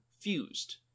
fused